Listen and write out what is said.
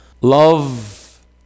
Love